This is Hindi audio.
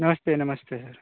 नमस्ते नमस्ते सर